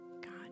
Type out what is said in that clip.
God